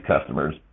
customers